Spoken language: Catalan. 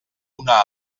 una